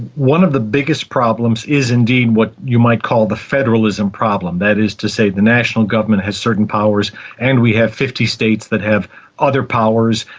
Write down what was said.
one of the biggest problems is indeed what you might call the federalism problem that is to say the national government has certain powers and we have fifty states that have other powers.